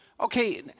Okay